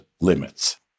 limits